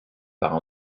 par